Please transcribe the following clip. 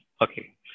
Okay